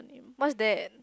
what is that